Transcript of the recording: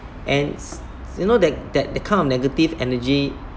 and you know that that that kind of negative energy